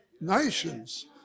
Nations